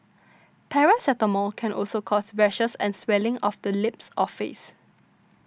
paracetamol can also cause rashes and swelling of the lips or face